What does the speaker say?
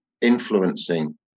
influencing